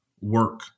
work